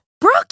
Brooke